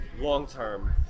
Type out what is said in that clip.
long-term